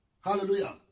Hallelujah